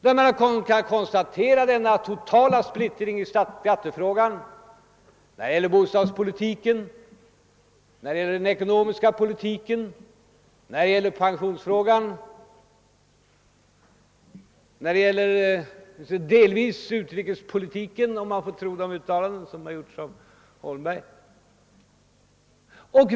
Man kan alltså konstatera denna totala splittring när det gäller skattepolitiken, bostadspolitiken, den ekonomiska politiken och när det gäller pensionsfrågan — delvis även när det gäller utrikespolitiken, om man får tro det uttalande som gjorts av herr Holmberg.